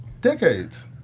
Decades